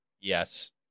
Yes